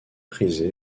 prisé